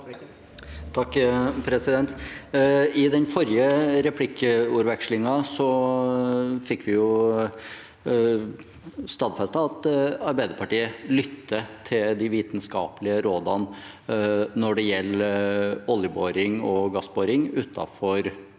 I den forrige re- plikkvekslingen fikk vi stadfestet at Arbeiderpartiet lytter til de vitenskapelige rådene når det gjelder oljeboring og gassboring utenfor Lofoten.